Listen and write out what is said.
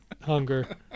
hunger